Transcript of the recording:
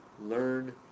learn